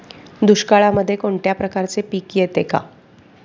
दुष्काळामध्ये कोणत्या प्रकारचे पीक येते का?